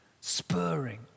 spurring